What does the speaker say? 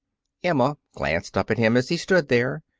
emma glanced up at him as he stood there,